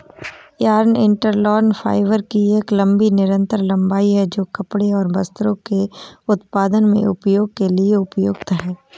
yarn interlock fibre की एक लंबी निरंतर लंबाई है, जो कपड़े और वस्त्रों के उत्पादन में उपयोग के लिए उपयुक्त है